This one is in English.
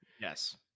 yes